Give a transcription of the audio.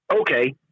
Okay